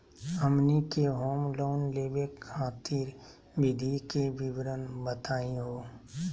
हमनी के home loan लेवे खातीर विधि के विवरण बताही हो?